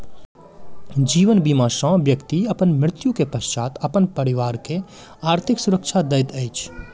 जीवन बीमा सॅ व्यक्ति अपन मृत्यु के पश्चात अपन परिवार के आर्थिक सुरक्षा दैत अछि